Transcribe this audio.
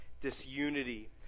disunity